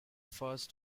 first